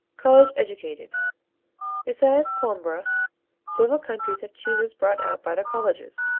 college-educated besides coimbra several countries have cheeses brought out by their colleges.